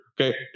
okay